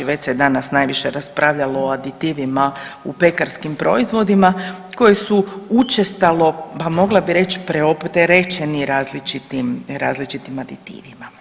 Već se danas najviše raspravljalo o aditivima u pekarskim proizvodima koje su učestalo, pa mogla bi reći, preopterećeni različitim aditivima.